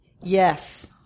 Yes